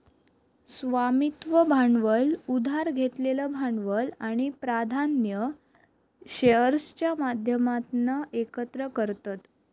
स्वामित्व भांडवल उधार घेतलेलं भांडवल आणि प्राधान्य शेअर्सच्या माध्यमातना एकत्र करतत